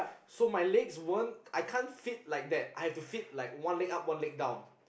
so my legs weren't I can't fit like that I have to fit like one leg up one leg down